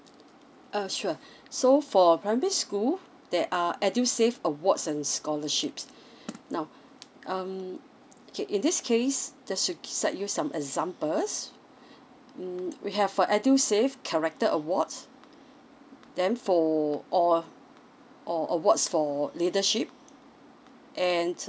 ah sure so for primary school there are edusave awards and scholarships now um okay in this case there's c~ cite you some examples mm we have for edusave character awards then for or or awards for leadership and